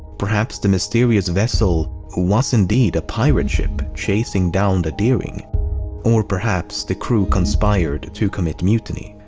perhaps the mysterious vessel was indeed a pirate ship chasing down the deering or perhaps the crew conspired to commit mutiny.